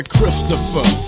Christopher